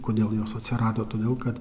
kodėl jos atsirado todėl kad